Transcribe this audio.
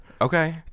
Okay